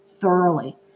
thoroughly